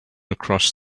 across